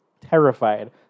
terrified